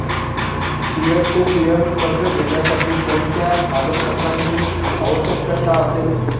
Peer to peer कर्ज घेण्यासाठी कोणत्या कागदपत्रांची आवश्यकता असेल?